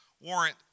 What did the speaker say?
warrant